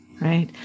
Right